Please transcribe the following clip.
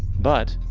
but,